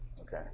Okay